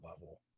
level